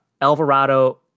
Alvarado